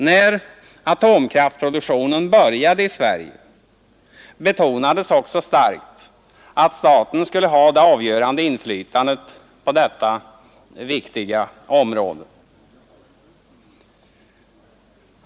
När atomkraftproduktionen började i Sverige betonades också starkt att staten skulle ha det avgörande inflytandet på detta viktiga område.